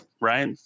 Right